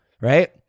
right